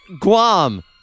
Guam